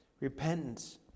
Repentance